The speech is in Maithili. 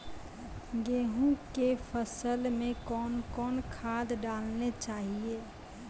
गेहूँ के फसल मे कौन कौन खाद डालने चाहिए?